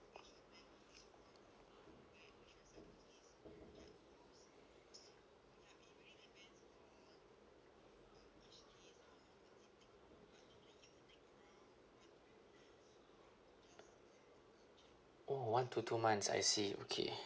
oh one to two months I see okay